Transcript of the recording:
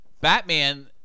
Batman